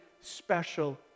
special